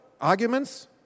arguments